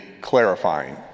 clarifying